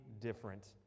different